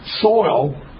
soil